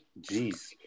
jeez